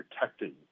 protecting